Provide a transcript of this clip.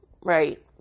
right